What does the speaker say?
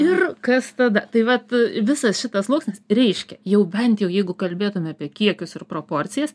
ir kas tada tai vat visas šitas sluoksnis reiškia jau bent jau jeigu kalbėtume apie kiekius ir proporcijas